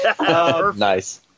Nice